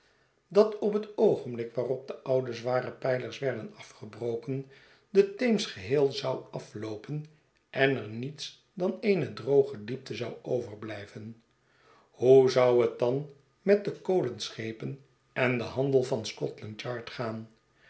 dat op het oogenblik waarop de oude zware pijlers werden afgebroken de teems geheel zou afloopen en er niets dan eene droge diepte zou overblijven hoe zou het dan met de kolenschepen en den handel van scotland yard gaan